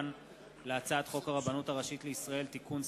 הצעת חוק הרבנות הראשית לישראל (תיקון,